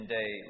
Day